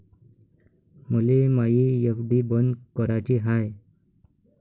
मले मायी एफ.डी बंद कराची हाय